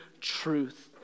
truth